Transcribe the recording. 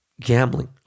gambling